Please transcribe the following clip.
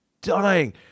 dying